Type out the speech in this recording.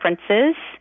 differences